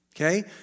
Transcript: Okay